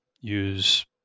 Use